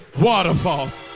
waterfalls